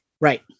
right